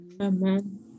Amen